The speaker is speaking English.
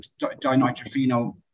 dinitrophenol